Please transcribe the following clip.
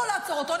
לא לעצור אותו,